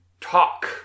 Talk